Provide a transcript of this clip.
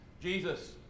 Jesus